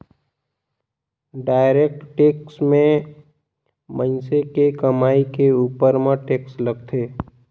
direct tax में मइनसे के कमई के उपर म टेक्स लगथे